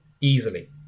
easily